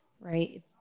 Right